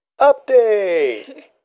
Update